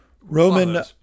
Roman